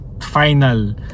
final